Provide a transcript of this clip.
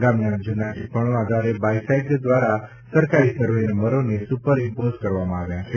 ગામના જુના ટિપ્પણો આધારે બાયસેગ દ્વારા સરકારી સરવે નંબરોને સુપર ઇમ્પોઝ કરવામાં આવ્યા છે